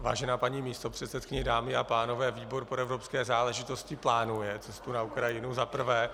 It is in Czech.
Vážená paní místopředsedkyně, dámy a pánové, výbor pro evropské záležitosti plánuje cestu na Ukrajinu za prvé.